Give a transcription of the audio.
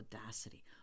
audacity